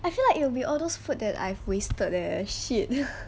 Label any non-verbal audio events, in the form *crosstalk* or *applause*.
I feel like it will be all those food that I've wasted leh shit *breath*